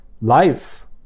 life